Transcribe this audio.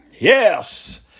Yes